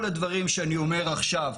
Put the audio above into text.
כל הדברים שאני אומר עכשיו,